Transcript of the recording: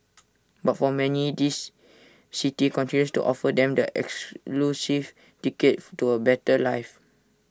but for many this city continues to offer them the ticket to A better life